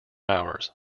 hours